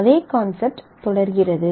அதே கான்செப்ட் தொடர்கிறது